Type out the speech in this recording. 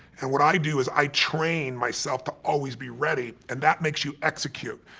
and what i do is i train myself to always be ready, and that makes you execute.